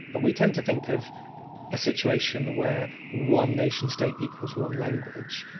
we tend to think of a situation where one nation state equals one language,